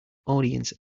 audience